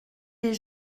des